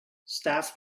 staff